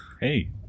Hey